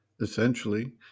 Essentially